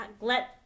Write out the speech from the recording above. let